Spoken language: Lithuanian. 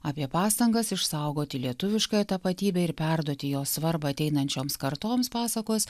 apie pastangas išsaugoti lietuviškąją tapatybę ir perduoti jos svarbą ateinančioms kartoms pasakos